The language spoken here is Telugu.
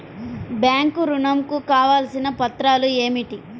బ్యాంక్ ఋణం కు కావలసిన పత్రాలు ఏమిటి?